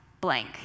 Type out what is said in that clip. blank